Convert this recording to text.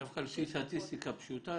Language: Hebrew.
לפי סטטיסטיקה פשוטה,